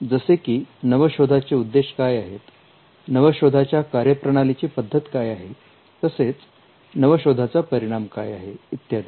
जसे की नवशोधाचे उद्देश काय आहेत नवशोधाच्या कार्यप्रणालीची पद्धत काय आहे तसेच नवशोधाचा परिणाम काय आहे इत्यादी